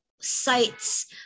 sites